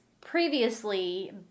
previously